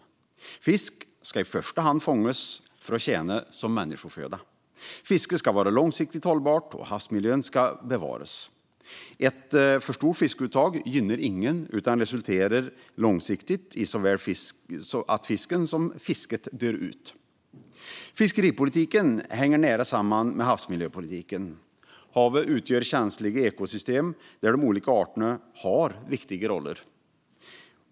Fisk ska i första hand fångas för att tjäna som människoföda. Fisket ska vara långsiktigt hållbart, och havsmiljön ska bevaras. Ett för stort fiskeuttag gynnar ingen utan resulterar långsiktigt i att såväl fisken som fisket dör ut. Fiskeripolitiken hänger nära samman med havsmiljöpolitiken. Haven utgör känsliga ekosystem där de olika arterna har viktiga roller.